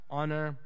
honor